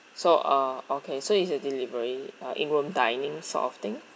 so uh okay so is the delivery uh in room dining sort of thing